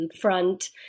front